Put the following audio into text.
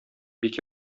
бик